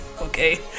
okay